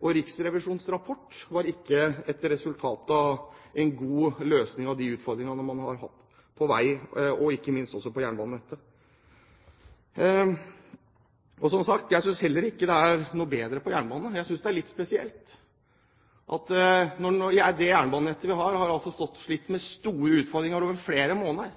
Riksrevisjonens rapport var ikke et resultat av en god løsning på de utfordringene man har hatt innen veisektoren og ikke minst på jernbanenettet. Som sagt, jeg synes heller ikke det er noe bedre på jernbanen. Jeg synes det er litt spesielt at når det jernbanenettet vi har, har slitt med store utfordringer over flere måneder,